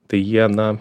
tai jie na